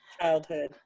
childhood